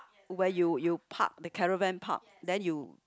where you you park the caravan park then you